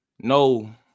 no